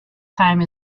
time